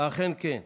אכן כן.